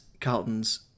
Carlton's